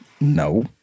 No